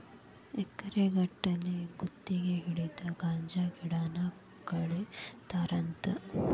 ಎಕರೆ ಗಟ್ಟಲೆ ಗುತಗಿ ಹಿಡದ ಗಾಂಜಾ ಗಿಡಾನ ಕೇಳತಾರಂತ